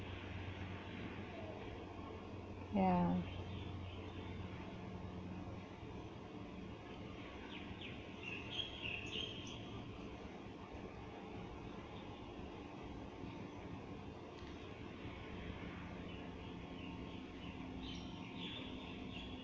ya